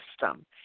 system